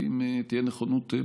אם תהיה נכונות,